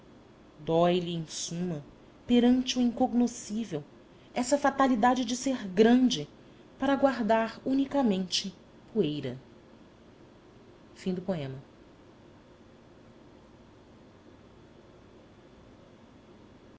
inteira dói lhe em suma perante o incognoscível essa fatalidade de ser grande para guardar unicamente poeira dor